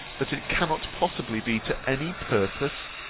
that it cannot possibly be to any purpose